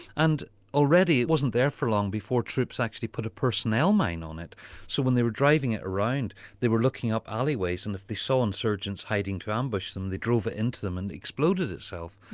and already it wasn't there for long before troops actually put a personnel mine on it so when they were driving it around they were looking up alleyways and if they saw insurgents hiding to ambush them they drove it into them and it exploded itself,